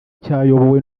cyayobowe